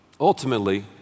ultimately